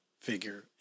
figure